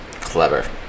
Clever